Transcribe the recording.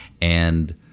And-